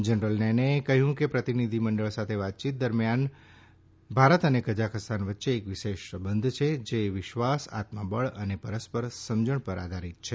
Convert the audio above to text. general નૈને એ કહ્યું કે પ્રતિનિધિમંડળ સાથે વાતચીત દરમ્યાન કહ્યું કે ભારત અને કઝાખસ્તાન વચ્ચે એક વિશેષ સંબંધ છે જે વિશ્વાસ આત્મબળ અને પરસ્પર સમજણ પર આધારિત છે